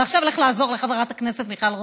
ועכשיו לך לעזור לחברת הכנסת מיכל רוזין,